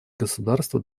государство